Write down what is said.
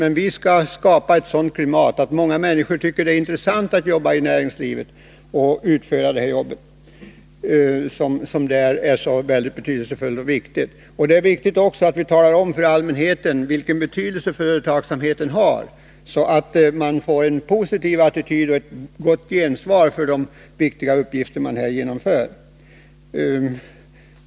Men vi skall skapa ett sådant klimat att många människor tycker att det är intressant att jobba i näringslivet och att öka insatserna där. Det är mycket betydelsefullt. Det är också viktigt att vi talar om för allmänheten vilken betydelse företagsamheten har, så att det skapas en positiv attityd och ett gott gensvar för de viktiga uppgifter som utförs.